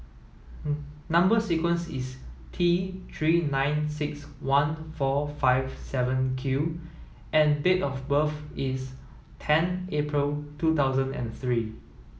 number sequence is T three nine six one four five seven Q and date of birth is ten April two thousand and three